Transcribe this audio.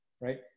right